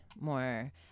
more